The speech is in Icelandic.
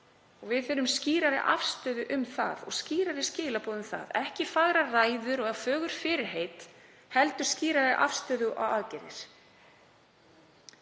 Við þurfum skýrari afstöðu og skýrari skilaboð um það, ekki fagrar ræður og fögur fyrirheit, heldur skýrari afstöðu og aðgerðir.